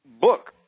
book